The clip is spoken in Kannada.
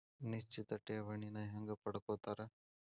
ನಿಶ್ಚಿತ್ ಠೇವಣಿನ ಹೆಂಗ ಪಡ್ಕೋತಾರ